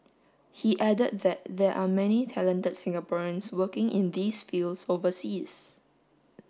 he added that there are many talented Singaporeans working in these fields overseas